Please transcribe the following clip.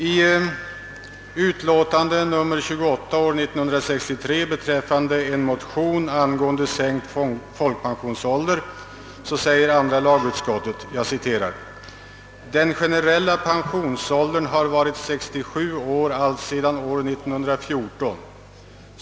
I utlåtande nr 28 år 1963 beträffande en motion angående sänkt folkpensionsålder säger andra lagutskottet: »Den generella pensionsåldern har varit 67 år alltsedan år 1914.